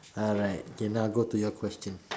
alright okay now go to your question